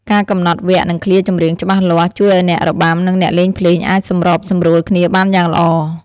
ការកំណត់វគ្គ និងឃ្លាចម្រៀងច្បាស់លាស់ ជួយឱ្យអ្នករបាំ និងអ្នកលេងភ្លេងអាចសម្របសម្រួលគ្នាបានយ៉ាងល្អ។